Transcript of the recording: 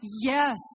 Yes